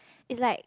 is like